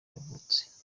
yavutse